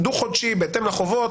בהתאם לחובות,